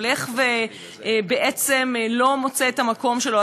לא מוצא את המקום שלו,